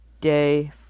day